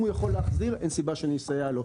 אם הוא יכול להחזיר, אין סיבה שאני אסייע לו.